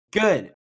good